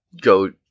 go